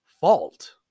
fault